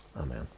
Amen